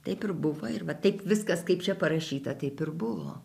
taip ir buvo ir va taip viskas kaip čia parašyta taip ir buvo